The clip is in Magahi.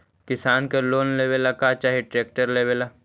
किसान के लोन लेबे ला का चाही ट्रैक्टर लेबे ला?